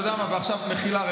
מחילה,